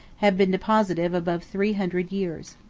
had been deposited above three hundred years.